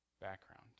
background